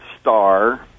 star